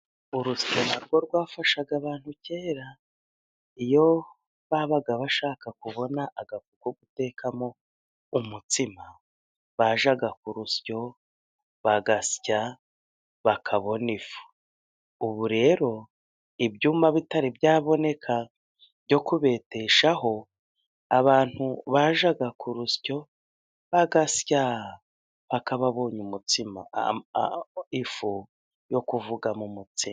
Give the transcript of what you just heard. Urusyo na rwo rwafashaga abantu kera, iyo babaga bashaka kubona agafu ko gutekamo umutsima, bajyaga ku rusyo bagasya bakabona ifu. Ubu rero ibyuma bitari byaboneneka byo kubeteshaho, abantu bajyaga ku rusyo bagasya bakaba babonye umutsima ifu yo kuvuga mu mutsima.